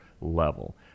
level